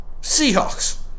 Seahawks